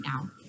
now